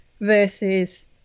versus